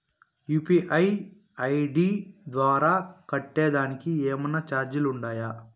UPI ID ద్వారా కట్టేదానికి ఏమన్నా చార్జీలు ఉండాయా?